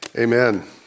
Amen